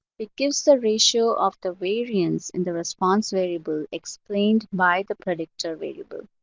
it gives the ratio of the variance in the response variable explained by the predictor variable.